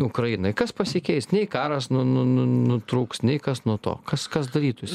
ukrainai kas pasikeis nei karas nu nu nu nutrūks nei kas nuo to kas kas darytųsi